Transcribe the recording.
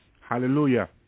Hallelujah